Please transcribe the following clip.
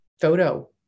photo